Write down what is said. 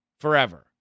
forever